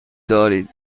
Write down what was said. دارید